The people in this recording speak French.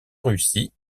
russie